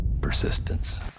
Persistence